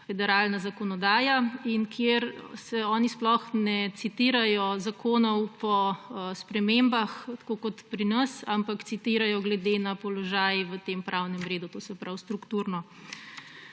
federalna zakonodaja in oni sploh ne citirajo zakonov po spremembah kot pri nas, ampak citirajo glede na položaj v tem pravnem redu, to se pravi strukturno.